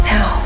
Now